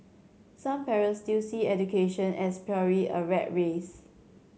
some parents still see education as purely a rat race